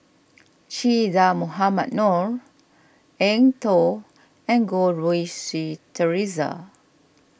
Che Dah Mohamed Noor Eng Tow and Goh Rui Si theresa